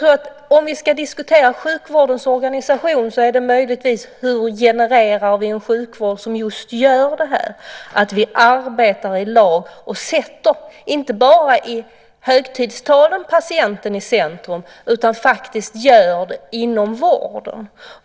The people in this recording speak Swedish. Om vi ska diskutera sjukvårdens organisation är det möjligtvis hur vi genererar en sjukvård som just gör det här, att vi arbetar i lag och sätter patienten i centrum inte bara i högtidstalen utan också inom vården.